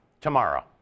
Tomorrow